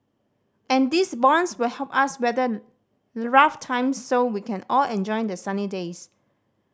and these bonds will help us weather rough times so we can all enjoy the sunny days